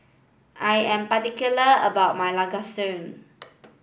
I am particular about my Lasagna